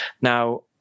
Now